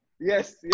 Yes